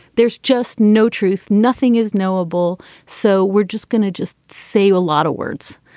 there's just no truth. nothing is knowable. so we're just going to just say a lot of words.